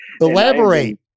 Elaborate